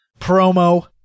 promo